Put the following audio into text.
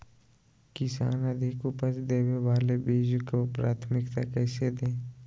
किसान अधिक उपज देवे वाले बीजों के प्राथमिकता कैसे दे?